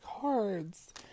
cards